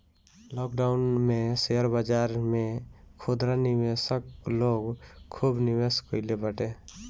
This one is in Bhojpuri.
लॉकडाउन में शेयर बाजार में खुदरा निवेशक लोग खूब निवेश कईले बाटे